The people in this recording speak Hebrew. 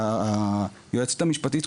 היועצת המשפטית,